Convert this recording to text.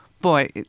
boy